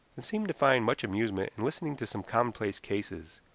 and seemed to find much amusement in listening to some commonplace cases,